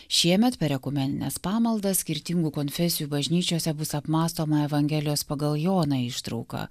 šiemet per ekumenines pamaldas skirtingų konfesijų bažnyčiose bus apmąstoma evangelijos pagal joną ištrauka